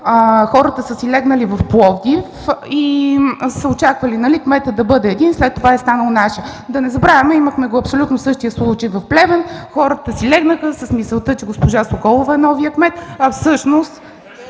хората са си легнали в Пловдив и са очаквали кметът да бъде един, а след това е станал наш. Да не забравяме, че имахме абсолютно същия случай в Перник – хората си легнаха с мисълта, че госпожа Соколова е новият кмет, а в същото